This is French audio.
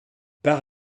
par